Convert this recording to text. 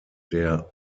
der